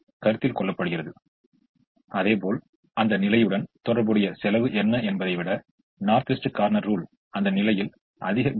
இல்லையெனில் இந்த ஐந்து ஒதுக்கப்பட்ட நிலைகளைப் பார்த்தால் இது நாம் பெறக்கூடிய மிகச் சிறந்த மற்றும் ஒரே ஒரு ஒதுக்கீடு ஆகும்